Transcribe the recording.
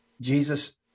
Jesus